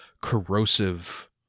corrosive